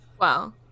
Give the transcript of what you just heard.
wow